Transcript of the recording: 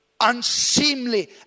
unseemly